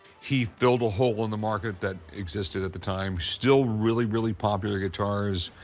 he filled a hole in the market that existed at the time. still really, really popular guitars.